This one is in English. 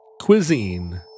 Cuisine